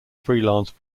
freelance